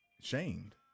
shamed